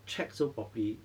check so properly